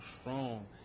strong